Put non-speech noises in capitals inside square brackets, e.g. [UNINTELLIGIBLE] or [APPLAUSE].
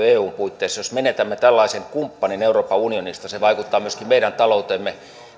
[UNINTELLIGIBLE] eun puitteissa jos menetämme tällaisen kumppanin euroopan unionista se vaikuttaa myöskin meidän talouteemme